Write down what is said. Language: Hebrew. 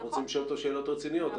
אנחנו רוצים לשאול אותו שאלות רציניות,